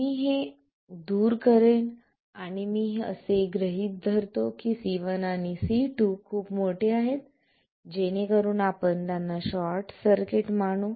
मी हे दूर करेल आणि मी असेही गृहित धरतो की C1 आणि C2 खूप मोठे आहेत जेणेकरुन आपण त्यांना शॉर्ट सर्किट मानू